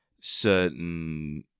certain